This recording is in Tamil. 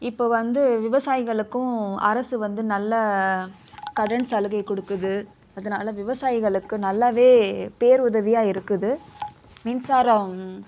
இப்போது வந்து விவசாயிகளுக்கும் அரசு வந்து நல்ல கடன் சலுகை கொடுக்குது அதனால விவசாயிகளுக்கு நல்லாவே பேருதவியாக இருக்குது மின்சாரம்